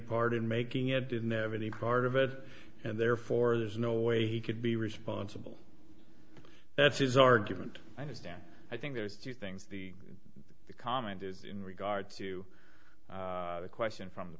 part in making it didn't have any part of it and therefore there's no way he could be responsible that's his argument i was down i think there's two things the comment is in regard to the question from the